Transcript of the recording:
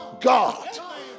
God